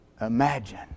imagine